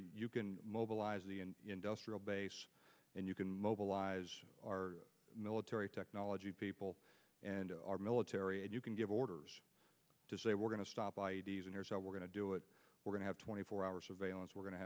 you can mobilize the industrial base and you can mobilize our military technology people and our military and you can give orders to say we're going to stop by and here's how we're going to do it we're going to have twenty four hour surveillance we're going to